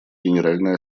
генеральной